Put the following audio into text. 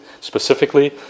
specifically